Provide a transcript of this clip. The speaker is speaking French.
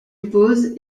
oppose